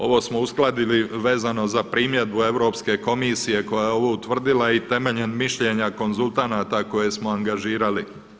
Ovo smo uskladili vezano za primjedbu Europske komisije koja je ovo utvrdila i temeljem mišljenja konzultanata koje smo angažirali.